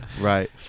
Right